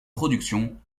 production